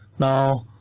now.